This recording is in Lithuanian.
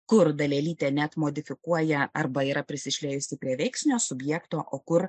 kur dalelytę net modifikuoja arba yra prisišliejusi prie veiksnio subjekto o kur